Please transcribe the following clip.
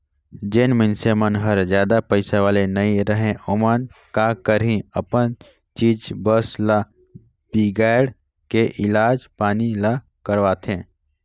जेन मइनसे मन हर जादा पइसा वाले नइ रहें ओमन का करही अपन चीच बस ल बिगायड़ के इलाज पानी ल करवाथें